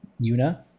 Yuna